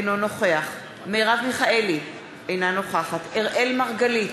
אינו נוכח מרב מיכאלי, אינה נוכחת אראל מרגלית,